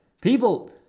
people